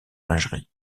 lingerie